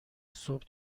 صبح